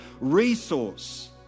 resource